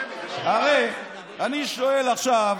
הרי אני שואל עכשיו,